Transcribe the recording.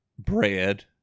Bread